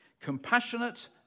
compassionate